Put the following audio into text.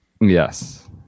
Yes